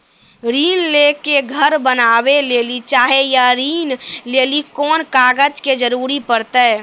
ऋण ले के घर बनावे लेली चाहे या ऋण लेली कोन कागज के जरूरी परतै?